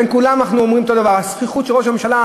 וכולנו אומרים אותו דבר: הזחיחות של ראש הממשלה,